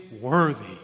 worthy